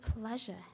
pleasure